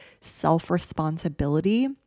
self-responsibility